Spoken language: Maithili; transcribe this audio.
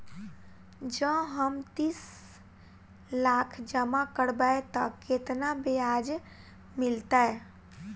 जँ हम तीस लाख जमा करबै तऽ केतना ब्याज मिलतै?